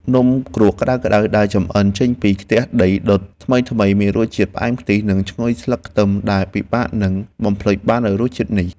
នំគ្រក់ក្ដៅៗដែលចម្អិនចេញពីខ្ទះដីដុតថ្មីៗមានរសជាតិផ្អែមខ្ទិះ និងឈ្ងុយស្លឹកខ្ទឹមដែលពិបាកនឹងបំភ្លេចបាននូវរសជាតិនេះ។